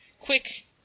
quick